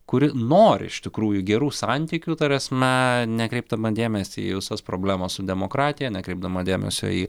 kuri nori iš tikrųjų gerų santykių ta prasme nekreipdama dėmesio į visas problemos su demokratija nekreipdama dėmesio į